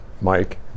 Mike